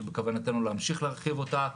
ובכוונתנו להמשיך להרחיב אותה.